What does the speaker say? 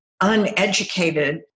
uneducated